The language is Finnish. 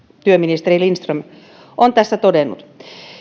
työministeri lindström on tässä todennut